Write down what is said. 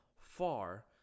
far